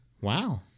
Wow